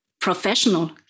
professional